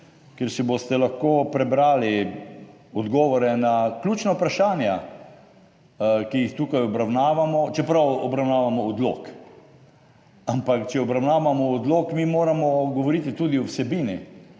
kjer si boste lahko prebrali odgovore na ključna vprašanja, ki jih tukaj obravnavamo, čeprav obravnavamo odlok, ampak če obravnavamo odlok, mi moramo govoriti tudi o vsebini.